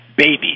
Babies